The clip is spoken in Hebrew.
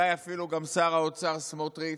ואולי אפילו שר האוצר סמוטריץ'